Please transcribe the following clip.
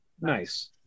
nice